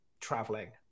traveling